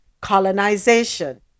colonization